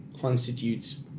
constitutes